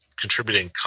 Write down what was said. contributing